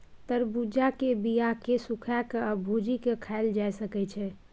तरबुज्जा के बीया केँ सुखा के आ भुजि केँ खाएल जा सकै छै